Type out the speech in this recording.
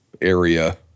area